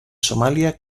somalia